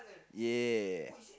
ya